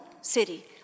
city